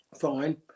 fine